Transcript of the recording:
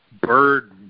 bird